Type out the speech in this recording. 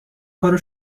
کار